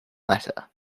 letter